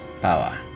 power